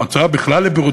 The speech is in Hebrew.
ההוצאה בכלל על הבריאות,